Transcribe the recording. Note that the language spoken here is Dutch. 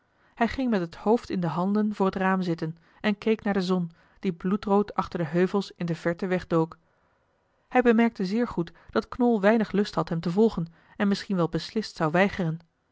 hij ging met het hoofd in de handen voor het raam zitten en keek naar de zon die bloedrood achter de heuvels in de verte wegdook hij bemerkte zeer goed dat knol weinig lust had hem te volgen en misschien wel beslist zou weigeren